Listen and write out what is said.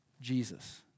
Jesus